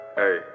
hey